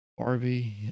Barbie